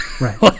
Right